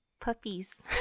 puppies